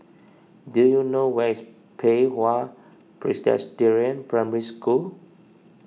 do you know where is Pei Hwa Presbyterian Primary School